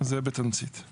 זה בתמצית.